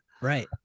right